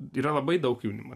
yra labai daug jaunimo